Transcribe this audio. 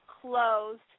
closed